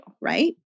right